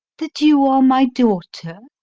that you are my daughter?